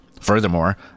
Furthermore